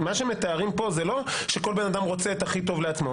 מה שמתארים פה זה לא שכל בן אדם רוצה את הכי טוב לעצמו.